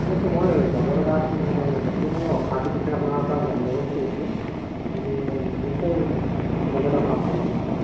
ঠিক আছে মই ল'ব লগা আছিল মানে গতিকে মই অফাৰটোৰ বিষয়ে আপোনাৰ পৰা জানি ল'ব বিচাৰিছিলোঁ গতিকে নিশ্চয় গ'লে লগ পাম চাগে আপোনাৰ তাত